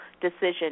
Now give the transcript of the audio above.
decision